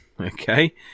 okay